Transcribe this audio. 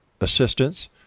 assistance